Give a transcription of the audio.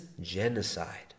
genocide